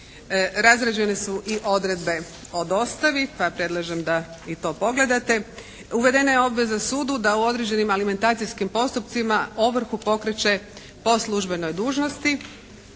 Razrađene su i odredbe o dostavi, pa predlažem da i to pogledate. Uvedena je obveza sudu da u određenim alimentacijskim postupcima ovrhu pokreće po službenoj dužnosti